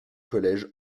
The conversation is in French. collège